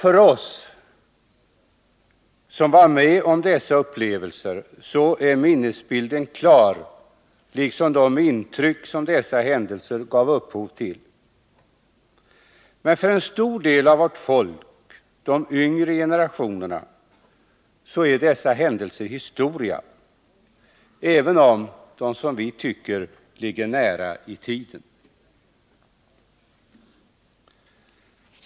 För oss som var med om dessa upplevelser är minnesbilden klar liksom de intryck som dessa händelser gav upphov till. Men för en stor del av vårt folk, de yngre generationerna, är dessa händelser historia även om vi tycker att de ligger nära i tiden.